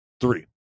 three